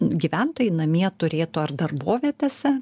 gyventojai namie turėtų ar darbovietėse